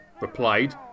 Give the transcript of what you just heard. replied